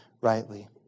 rightly